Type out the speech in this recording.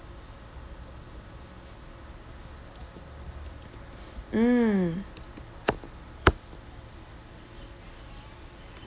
mm